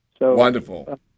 Wonderful